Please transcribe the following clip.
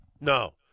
No